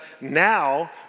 now